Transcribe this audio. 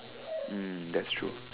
um that's true